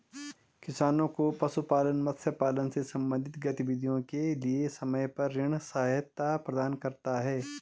किसानों को पशुपालन, मत्स्य पालन से संबंधित गतिविधियों के लिए समय पर ऋण सहायता प्रदान करता है